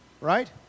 right